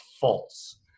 false